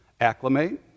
Acclimate